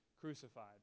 crucified